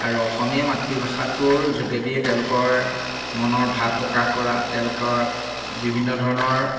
আৰু অসমীয়া মাতৃভাষাটোৰ যোগেদিয়ে তেওঁলোকৰ মনৰ ভাৱ প্ৰকাশ কৰা তেওঁলোকৰ বিভিন্ন ধৰণৰ